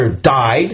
died